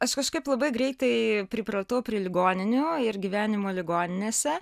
aš kažkaip labai greitai pripratau prie ligoninių ir gyvenimo ligoninėse